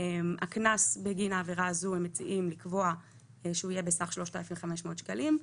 הקנס המוצע לקבוע בגין העבירה הזו הוא בסך 3,500 שקלים.